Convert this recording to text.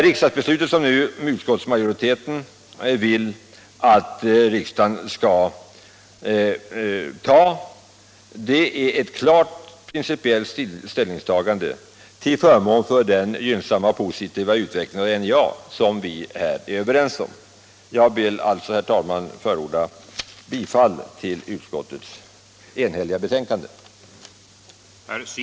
Riksdagsbeslutet som utskottsmajoriteten nu vill att riksdagen skall ta är ett klart principiellt ställningstagande till förmån för den gynnsamma, positiva utveckling av NJA som vi alla är överens om. Jag vill alltså, herr talman, förorda bifall till det enhälliga näringsutskottets hemställan.